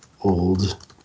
Old